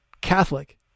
catholic